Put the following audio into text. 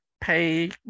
pay